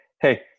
hey